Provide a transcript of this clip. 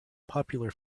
popular